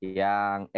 yang